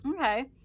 Okay